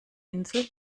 insel